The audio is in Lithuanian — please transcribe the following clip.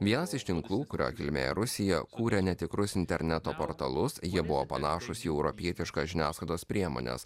vienas iš tinklų kurio kilmė rusija kūrė netikrus interneto portalus jie buvo panašūs į europietiškas žiniasklaidos priemones